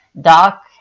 Doc